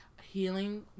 healing